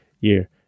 year